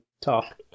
talk